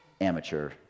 Amateur